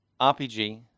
RPG